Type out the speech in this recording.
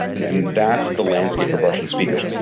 and that's the landscape of russian speakers.